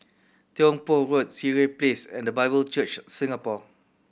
Tiong Poh Road Sireh Place and The Bible Church Singapore